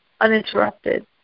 uninterrupted